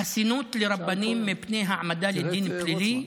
חסינות לרבנים מפני העמדה לדין פלילי,